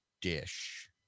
dish